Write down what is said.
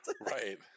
right